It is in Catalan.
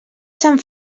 sant